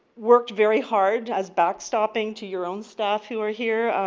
worked very hard as backstopping to your own staff who are here.